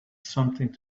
something